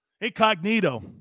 Incognito